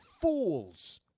fools